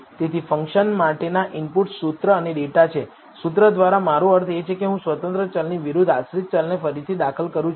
તેથી ફંક્શન માટેના ઇનપુટ્સ સૂત્ર અને ડેટા છે સૂત્ર દ્વારા મારો અર્થ છે કે હું સ્વતંત્ર ચલની વિરુદ્ધ આશ્રિત ચલને ફરીથી દાખલ કરું છું